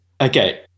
okay